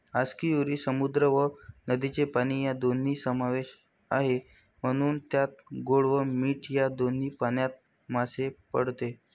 आस्कियुरी समुद्र व नदीचे पाणी या दोन्ही समावेश आहे, म्हणून त्यात गोड व मीठ या दोन्ही पाण्यात मासे पाळते